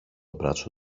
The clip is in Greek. μπράτσο